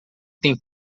tem